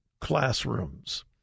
classrooms